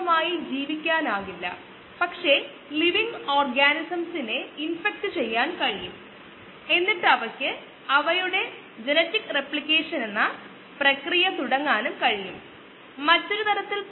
അതുപോലെ ലാഗ് ഫേസിൽ വലിയ മാറ്റമൊന്നുമില്ലെന്ന് കരുതുന്ന ഇനിഷ്യൽ കോശങ്ങളുടെ സാന്ദ്രതയാണ് x0